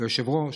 ליושבת-ראש,